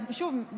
שוב,